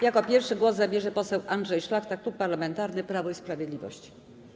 Jako pierwszy głos zabierze pan poseł Andrzej Szlachta, Klub Parlamentarny Prawo i Sprawiedliwość.